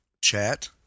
chat